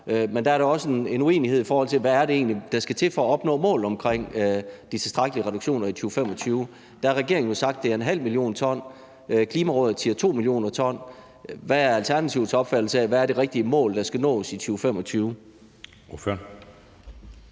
men hvor der også er en uenighed, i forhold til hvad det egentlig er, der skal til for at opnå målet for de tilstrækkelige reduktioner i 2025. Der har regeringen jo sagt, at det er 0,5 mio. t. Klimarådet siger 2 mio. t. Hvad er efter Alternativets opfattelse det rigtige mål, der skal nås i 2025?